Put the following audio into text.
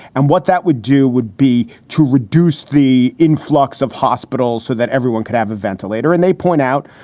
and what that would do would be to reduce the influx of hospitals so that everyone could have a ventilator. and they point out,